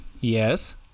yes